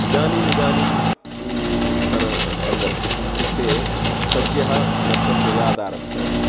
इदानीम् इदानीं तेन सन्दर्भेन इत्युक्ते सद्यः वर्षद्वयादारभ्य